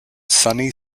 sunny